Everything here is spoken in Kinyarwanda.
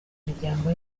n’imiryango